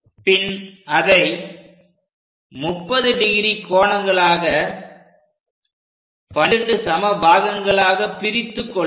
பின் அதை 30° கோணங்களாக 12 சம பாகங்களாக பிரித்துக் கொள்க